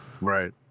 right